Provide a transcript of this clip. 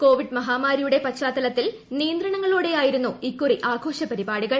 Covid മഹുമാരിയുടെ പശ്ചാത്തലത്തിൽ നിയന്ത്രണങ്ങളോടെ ആയിരുന്നു ഇക്കുറി ആഘോഷപരിപാടികൾ